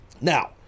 Now